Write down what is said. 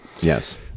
yes